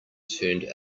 turned